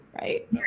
right